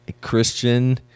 Christian